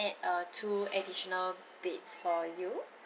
add uh two additional beds for you